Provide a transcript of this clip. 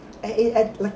eh